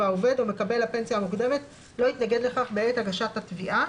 והעובד או מקבל הפנסיה המוקדמת לא התנגד לכך בעת הגשת התביעה.